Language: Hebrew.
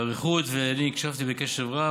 באריכות ואני הקשבתי בקשב רב,